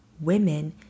women